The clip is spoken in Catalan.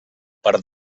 part